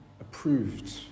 approved